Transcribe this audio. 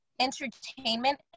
entertainment